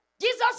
Jesus